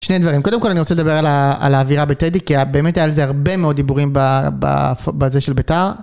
שני דברים, קודם כל אני רוצה לדבר על האווירה בטדי, כי באמת היה על זה הרבה מאוד דיבורים בזה של ביתר.